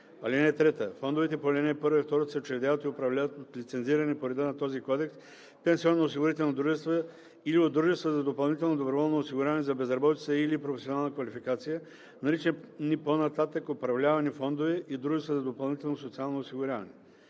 (3) Фондовете по ал. 1 и 2 се учредяват и управляват от лицензирани по реда на този кодекс пенсионноосигурителни дружества или от дружества за допълнително доброволно осигуряване за безработица и/или професионална квалификация, наричани по-нататък „управлявани фондове“ и „дружества за допълнително социално осигуряване“.“